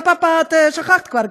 שכחת כבר,